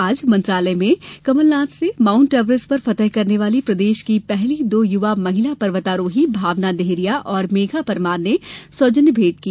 आज मंत्रालय में कमलनाथ से माउंट एवरेस्ट पर फतह करने वाली प्रदेश की पहली दो युवा महिला पर्वतारोही भावना डेहरिया और मेघा परमार ने सौजन्य भेंट की